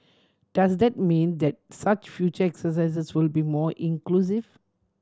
does that mean that such future exercises will be more inclusive